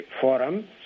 forum